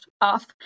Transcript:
off